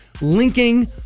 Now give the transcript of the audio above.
linking